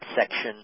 section